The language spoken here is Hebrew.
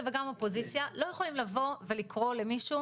וגם אופוזיציה לא יכולים לבוא ולקרוא למישהו